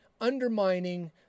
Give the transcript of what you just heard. undermining